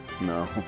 No